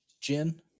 gin